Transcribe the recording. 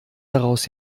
daraus